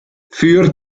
für